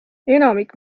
enamik